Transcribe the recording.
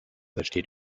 entsteht